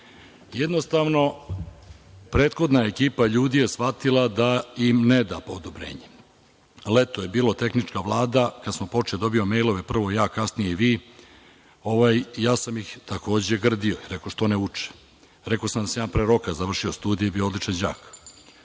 Jednostavno, prethodna ekipa ljudi je shvatila da im n… Leto je bilo tehnička vlada, kada smo počeli da dobijamo mejlove, prvo ja, kasnije vi, ja sam ih takođe grdio, rekao što ne uče. Rekao sam da sam ja pre roka završio studije i bio odličan